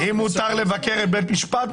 אם מותר לבקר את בית המשפט,